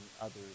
others